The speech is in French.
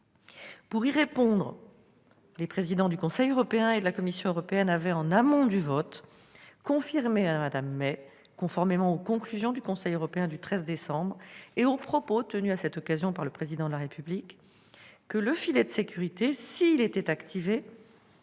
Pour y répondre, les présidents du Conseil européen et de la Commission européenne avaient, en amont du vote, confirmé à Mme May que, conformément aux conclusions du Conseil européen du 13 décembre et aux propos tenus à cette occasion par le Président de la République, le filet de sécurité, s'il devait être activé,